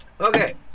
okay